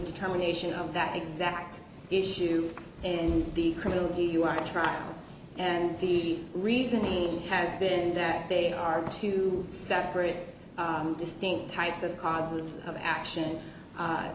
determination of that exact issue and the criminal dui trial and the reason he has been that they are two separate distinct types of causes of action